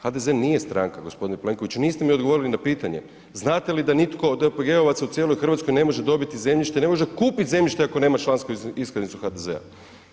HDZ nije stranka g. Plenkoviću, niste mi odgovorili na pitanje, znate li da nitko od OPG-ovaca u cijeloj RH ne može dobiti zemljište, ne može kupiti zemljište ako nema člansku iskaznicu HDZ-a.